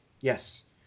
yes